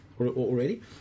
Already